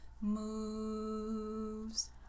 moves